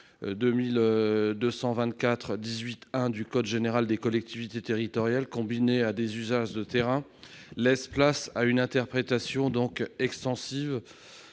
2224-18-1 du code général des collectivités territoriales, combiné à des usages de terrain, laisse place à une interprétation extensive